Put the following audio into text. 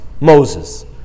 Moses